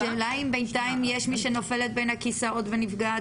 השאלה אם בינתיים יש מי שנופלת בין הכיסאות ונפגעת.